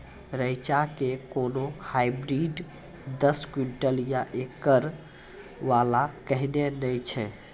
रेचा के कोनो हाइब्रिड दस क्विंटल या एकरऽ वाला कहिने नैय छै?